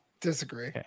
Disagree